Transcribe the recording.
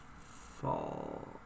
fall